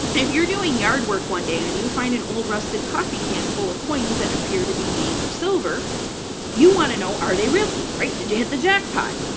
if you're doing yard work one day and you find an old, rusted coffee can full of coins that appear to be made of silver you want to know are they really? like, did you hit the jackpot?